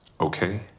Okay